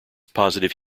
positive